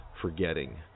forgetting